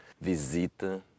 visita